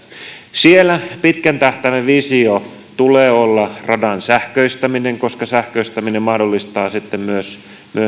siellä pitkän tähtäimen vision tulee olla radan sähköistäminen koska sähköistäminen mahdollistaa sitten myös